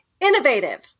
innovative